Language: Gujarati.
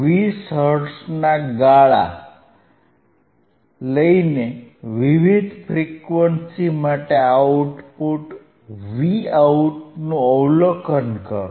20 હર્ટ્ઝના ગાળાઓ લઇને વિવિધ ફ્રીક્વન્સી માટે આઉટપુટ Vout નું અવલોકન કરો